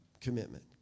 commitment